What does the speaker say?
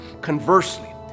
Conversely